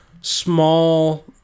small